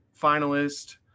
finalist